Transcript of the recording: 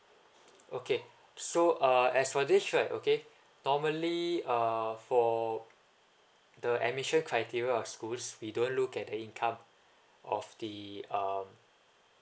okay so uh as for this right okay normally uh for the admission criteria of schools we don't look at the income of the um